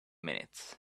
minutes